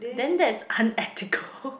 then that's unethical